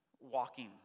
walking